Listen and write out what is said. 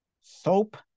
Soap